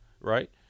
right